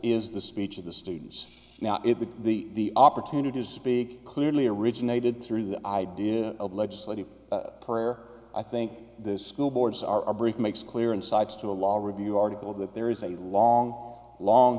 is the speech of the students now if the opportunity to speak clearly originated through the idea of legislative prayer i think this school boards are a brief makes clear insights to a law review article that there is a long long